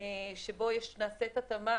שבו נעשית התאמה